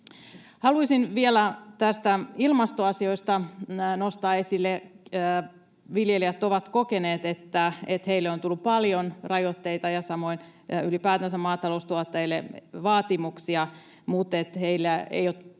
Haluaisin vielä näistä ilmastoasioista nostaa esille: Viljelijät ovat kokeneet, että heille on tullut paljon rajoitteita, samoin ylipäätänsä maataloustuottajille vaatimuksia, mutta heitä ei ole tultu